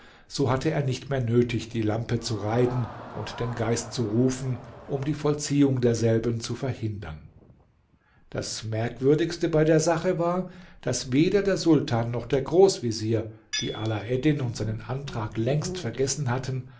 so hatte er nicht mehr nötig die lampe zu reiben und den geist zu rufen um die vollziehung derselben zu verhindern das merkwürdigste bei der sache war daß weder der sultan noch der großvezier die alaeddin und seinen antrag längst vergessen hatten